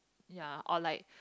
ya or like